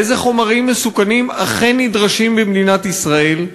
איזה חומרים מסוכנים אכן נדרשים במדינת ישראל,